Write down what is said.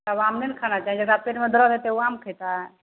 तब आम नहि ने खाना चाही जकरा पेटमे दरद होइ छै ओ आम खएतै